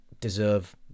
deserve